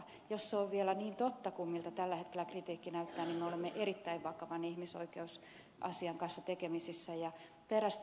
jos se on vielä niin totta kuin miltä tällä hetkellä kritiikki näyttää niin me olemme erittäin vakavan ihmisoikeusasian kanssa tekemisissä ja perästä kuuluu